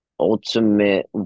ultimate